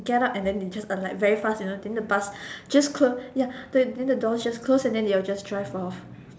get up and then they just alight very fast you know then the bus just close ya then then the door just close and then they'll just drive off